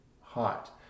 hot